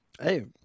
Hey